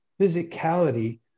Physicality